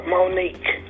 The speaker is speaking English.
Monique